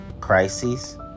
crises